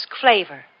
flavor